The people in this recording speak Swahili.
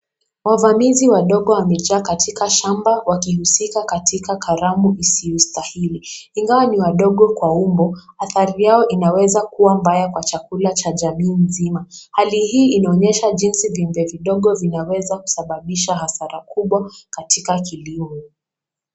Wavamizi wadogo wamejaa katika shamba wakihusika katika karamu isiyostahili ingawa ni wadogo kwa umbo athari yao inaweza kuwa mbaya kwa chakula cha jamii mzima. Hali hii inaonyesha jinsi viumbe vidogo vinaweza kusababisha hasara kubwa katika kilimo.